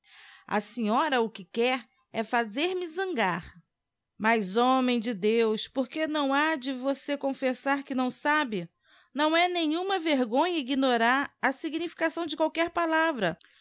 a senhora o que quer é fazer-me zangar mas homem de deus porque não ha de você confessar que não sabe não é nenhuma vergonha ignorar a significação de qualquer palavra